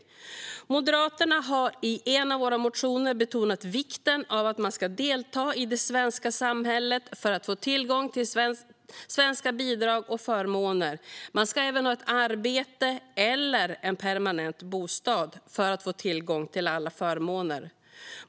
Vi i Moderaterna har i en av våra motioner betonat vikten av att man ska delta i det svenska samhället för att få tillgång till svenska bidrag och förmåner. Man ska även ha ett arbete eller en permanent bostad för att få tillgång till alla förmåner.